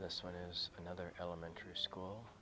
this one and another elementary school